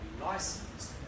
licensed